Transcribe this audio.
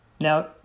Now